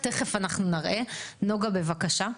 תכף אנחנו נראה, נגה, בבקשה.